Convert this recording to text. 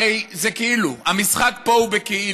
הרי זה כאילו, המשחק פה הוא בכאילו.